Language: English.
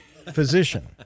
Physician